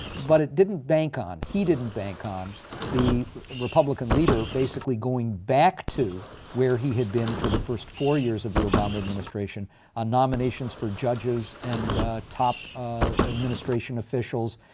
but it didn't bank on, he didn't bank on the republican leader basically going back to where he had been for the first four years of the obama administration on nominations for judges and top administration officials,